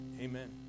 Amen